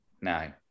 no